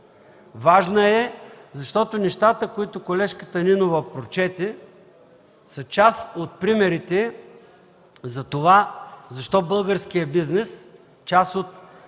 Важна е, защото нещата, които колежката Нинова прочете, са част от примерите за това защо българският бизнес, част от